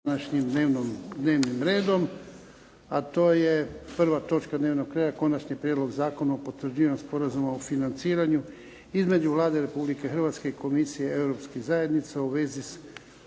dan. Krećemo sa današnjim dnevnim redom. - Konačni prijedlog zakona o potvrđivanju Sporazuma o financiranju između Vlade Republike Hrvatske i Komisije europskih zajednica u vezi s